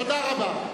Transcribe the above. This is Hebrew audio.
תודה רבה.